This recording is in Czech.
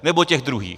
Nebo těch druhých?